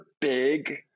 big